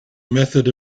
method